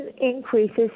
increases